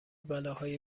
بلاهای